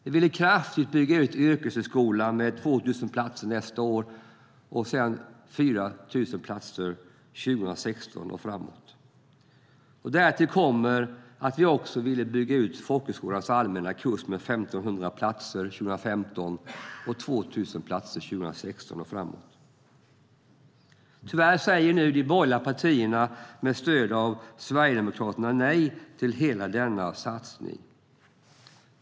Vi vill kraftigt bygga ut yrkeshögskolan, med 2 000 platser nästa år och sedan 4 000 platser från 2016 och framåt. Därtill kommer att vi vill bygga ut folkhögskolans allmänna kurs med 1 500 platser 2015 och med 2 000 platser från 2016 och framåt. Tyvärr säger de borgerliga partierna, med stöd av Sverigedemokraterna, nej till hela denna satsning.